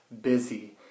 busy